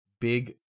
big